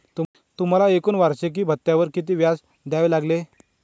तुम्हाला एकूण वार्षिकी भत्त्यावर किती व्याज द्यावे लागले